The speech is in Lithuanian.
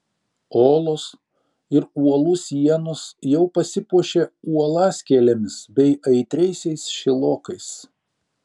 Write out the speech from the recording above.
olos ir uolų sienos jau pasipuošė uolaskėlėmis bei aitriaisiais šilokais